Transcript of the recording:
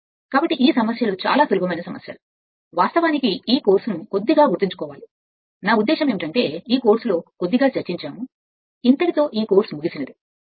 కాబట్టి ఈ సమస్యలు చాలా సులభమైన సమస్య వాస్తవానికి ఈ కోర్సును కొద్దిగా గుర్తుంచుకోవాలి నా ఉద్దేశ్యం ఏమిటంటే ఈ కోర్సు పూర్తవుతుందని మనం చర్చించాము